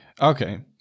okay